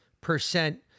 percent